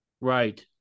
right